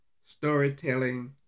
storytelling